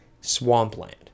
swampland